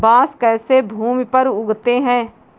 बांस कैसे भूमि पर उगते हैं?